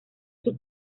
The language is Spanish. sus